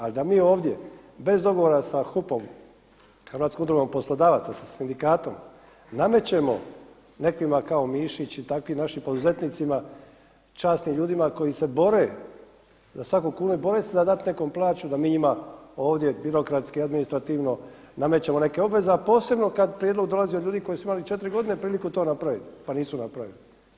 Ali da mi ovdje bez dogovora sa HUP-om Hrvatskom udrugom poslodavaca, sa sindikatom namećemo nekima kao Mišić, i takvih našim poduzetnicima časnim ljudima koji se bore za svaku kunu i bore se dati nekom plaću da mi njima ovdje birokratski i adminisrativno namećemo neke obveze, a posebno kad prijedlog dolazi od ljudi koji su imali četiri godine priliku to napraviti pa nisu napravili.